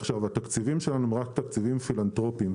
התקציבים שלנו הם רק תקציבים פילנתרופיים.